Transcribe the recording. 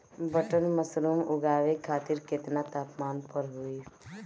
Button mushroom उगावे खातिर केतना तापमान पर होई?